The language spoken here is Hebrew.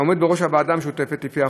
העומד בראש הוועדה המשותפת לפי החוק,